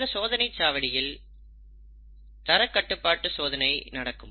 இந்த சோதனைச் சாவடியில் தரக்கட்டுப்பாட்டு சோதனை நடக்கும்